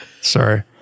sorry